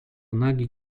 nagi